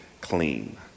clean